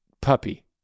puppy